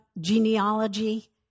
genealogy